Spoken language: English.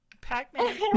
Pac-Man